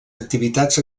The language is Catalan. activitats